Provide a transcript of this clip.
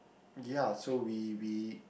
ya so we we